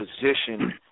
position